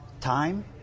time